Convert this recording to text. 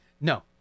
No